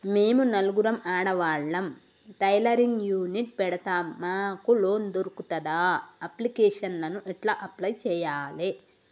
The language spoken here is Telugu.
మేము నలుగురం ఆడవాళ్ళం టైలరింగ్ యూనిట్ పెడతం మాకు లోన్ దొర్కుతదా? అప్లికేషన్లను ఎట్ల అప్లయ్ చేయాలే?